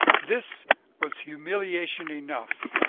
this was humiliation enough,